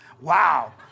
Wow